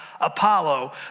Apollo